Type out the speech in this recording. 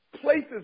places